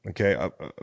okay